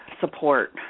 support